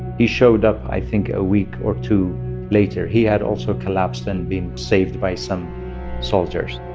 he showed up, i think, a week or two later. he had also collapsed and been saved by some soldiers.